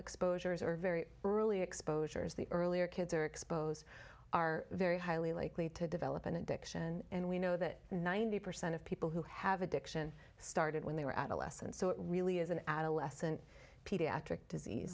exposures or very early exposures the earlier kids are exposed are very highly likely to develop an addiction and we know that ninety percent of people who have addiction started when they were adolescents so it really is an adolescent pediatric disease